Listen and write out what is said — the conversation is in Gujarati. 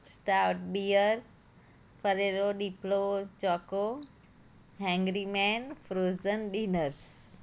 સ્ટાવ બીયર ફરેરો ડીપ્લો choco hungry man frozen dinners